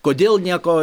kodėl nieko